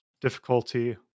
difficulty